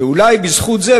ואולי בזכות זה,